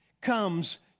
comes